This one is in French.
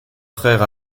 frères